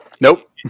Nope